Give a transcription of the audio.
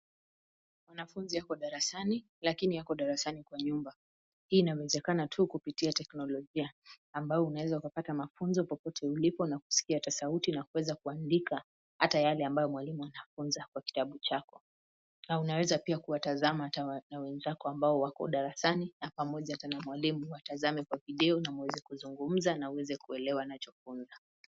Mwanafunzi ako darasani, lakini ako darasani kwa nyumba. Hii inawezekana tu, kupitia teknolojia, ambayo unaeza pata mafunzo, popote ulipo, na kusikia hata sauti, na kuweza kuandika, hata yale ambayo mwalimu anafunza, kwa kitabu chako. Na unaweza pia hata kutazama hata wa, na wenzako ambao wako darasani, na pamoja na hata na mwalimu, uwatazame kwa video, na muweze kuzungumza, na uweze kuelewa anachofunza.